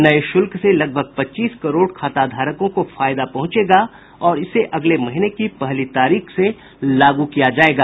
नये शुल्क से लगभग पच्चीस करोड़ खाताधारकों को फायदा पहुंचेगा और इसे अगले महीने की पहली तारीख से लागू किया जाएगा